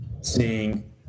seeing